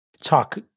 talk